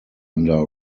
under